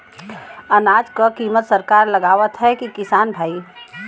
अनाज क कीमत सरकार लगावत हैं कि किसान भाई?